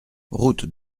route